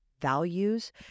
values